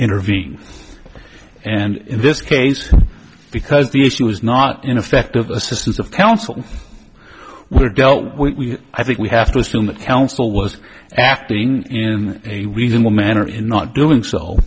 intervene and in this case because the issue is not ineffective assistance of counsel we're dealt we i think we have to assume that counsel was acting in a reasonable manner in not doing so